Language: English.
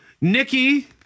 Nikki